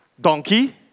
donkey